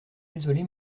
désolé